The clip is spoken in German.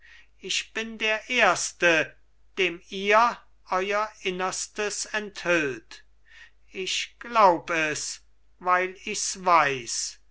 ich bin der erste dem ihr euer innerstes enthüllt ich glaub es weil ichs weiß